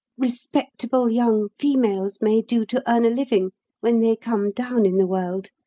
respectable young females may do to earn a living when they come down in the world.